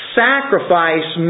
sacrifice